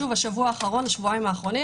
בשבועיים האחרונים